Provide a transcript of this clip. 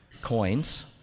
coins